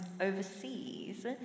overseas